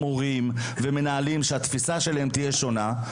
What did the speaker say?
מנהלי בתי ספר ומורים רק משום שתפיסתם עשויה להיות שונה.